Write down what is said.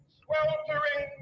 sweltering